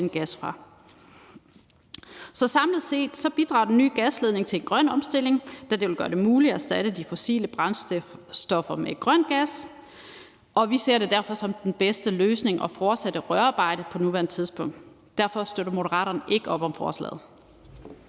Så samlet set bidrager den nye gasledning til en grøn omstilling, der vil gøre det muligt at erstatte de fossile brændstoffer med grøn gas, og vi ser det derfor som den bedste løsning at fortsætte rørarbejdet på nuværende tidspunkt. Derfor støtter Moderaterne ikke op om forslaget.